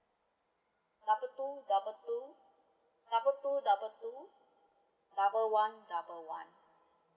double two double two doube one double one